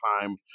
time